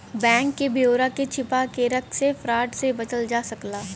bank क ब्यौरा के छिपा के रख से फ्रॉड से बचल जा सकला